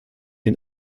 bei